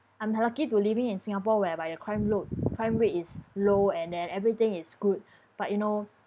I'm lucky to living in singapore whereby the crime lo~ crime rate is low and then everything is good but you know